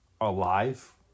alive